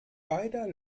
beider